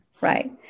right